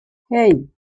hey